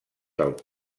del